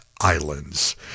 islands